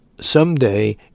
someday